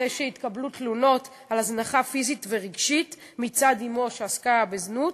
אחרי שהתקבלו תלונות על הזנחה פיזית ורגשית מצד אמו שעסקה בזנות.